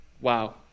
Wow